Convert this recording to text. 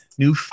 new